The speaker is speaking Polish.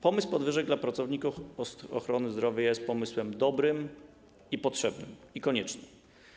Pomysł podwyżek dla pracowników ochrony zdrowia jest pomysłem dobrym, potrzebnym i koniecznym.